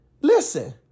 Listen